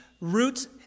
roots